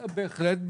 בהחלט.